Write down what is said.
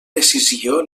decisió